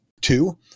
Two